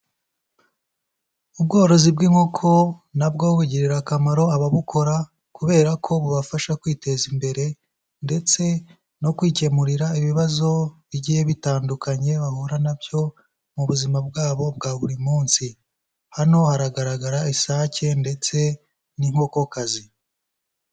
Ubworozi bw'inkoko nabwo bugirira akamaro ababukora kubera ko bubafasha kwiteza imbere ndetse no kwikemurira ibibazo bigiye bitandukanye bahura na byo mu buzima bwabo bwa buri munsi, hano haragaragara isake ndetse n'inkokokazi.